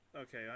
Okay